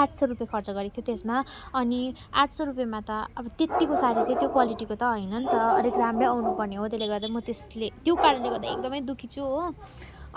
आठ सय रुपियाँ खर्च गरेको थिएँ त्यसमा अनि आठ सय रुपियाँमा त त्यतिको सारी चाहिँ त्यो क्वालिटीको त होइन नि त अलिक राम्रै आउनुपर्ने हो त्यसले गर्दा म त्यसले त्यो कारणले गर्दा एकदमै दुःखी छु हो